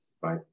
Bye